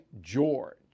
George